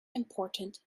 important